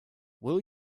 will